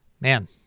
man